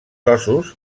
ossos